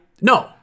No